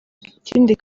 ikindi